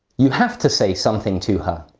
you have to say something to her.